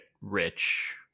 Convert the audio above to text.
rich